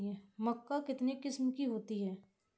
मक्का कितने किस्म की होती है?